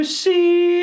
see